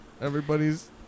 Everybody's